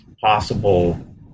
possible